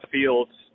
fields